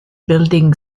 building